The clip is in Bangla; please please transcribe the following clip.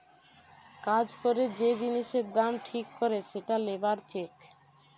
কাজ করে যে জিনিসের দাম ঠিক করে সেটা লেবার চেক